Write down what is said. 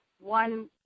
one